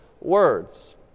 words